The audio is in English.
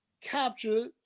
captured